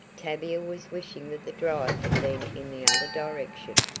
tavia was wishing that the drive had been in the other direction,